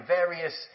various